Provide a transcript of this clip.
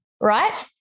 Right